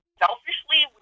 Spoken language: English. selfishly